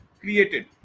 created